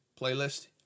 playlist